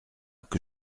que